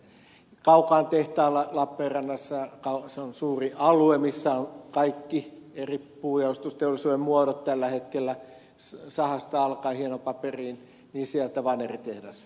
kaukaan tehtailta lappeenrannasta se on suuri alue missä on kaikki eri puunjalostusteollisuuden muodot tällä hetkellä sahasta hienopaperiin vaneritehdas lopetetaan